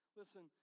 listen